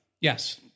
Yes